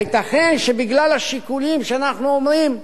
הייתכן שבגלל השיקולים שאנחנו אומרים: